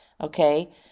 Okay